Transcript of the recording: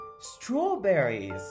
Strawberries